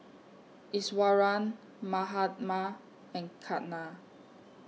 Iswaran Mahatma and Ketna